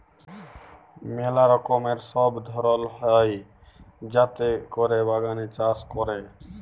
ম্যালা রকমের সব ধরল হ্যয় যাতে ক্যরে বাগানে চাষ ক্যরে